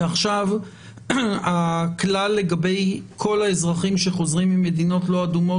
ועכשיו הכלל לגבי כל האזרחים שחוזרים ממדינות לא אדומות